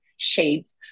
shades